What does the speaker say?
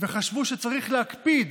וחשבו שצריך להקפיד